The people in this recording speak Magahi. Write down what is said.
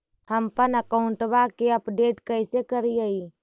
हमपन अकाउंट वा के अपडेट कैसै करिअई?